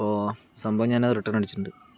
അപ്പൊൾ സംഭവം ഞാനത് റിട്ടേൺ അടിച്ചിട്ടുണ്ട്